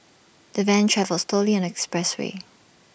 the van travelled slowly on expressway